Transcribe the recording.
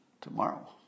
tomorrow